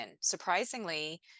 Surprisingly